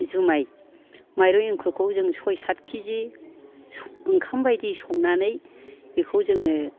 जुमाय माइरं एंखुरखौ जों सय साथ खिजि ओंखाम बायदि संनानै बेखौ जोङो